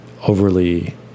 overly